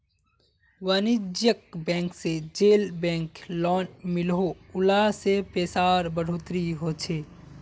वानिज्ज्यिक बैंक से जेल बैंक लोन मिलोह उला से पैसार बढ़ोतरी होछे